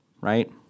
right